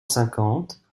cinquante